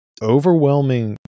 overwhelming